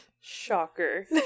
Shocker